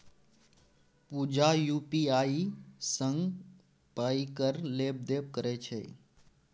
पुजा UPI सँ पाइ केर लेब देब करय छै